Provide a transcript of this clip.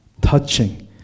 touching